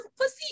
pussy